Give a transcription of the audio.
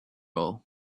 all